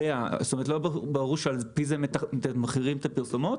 לא ברור שעל פי זה מתמחרים את הפרסומות,